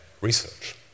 research